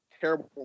terrible